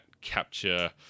capture